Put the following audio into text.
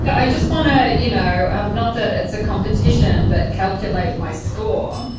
yeah i just wanna, you know, um not that it's a competition but calculate my score.